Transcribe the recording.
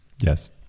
Yes